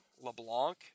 LeBlanc